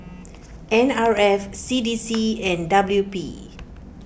N R F C D C and W P